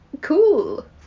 cool